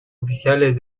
oficiales